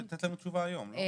אמורים לתת על זה תשובה היום, לא?